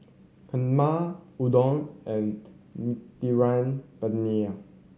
Kheema Udon and Mediterranean Penne